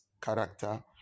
character